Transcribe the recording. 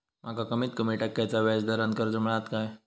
माका कमीत कमी टक्क्याच्या व्याज दरान कर्ज मेलात काय?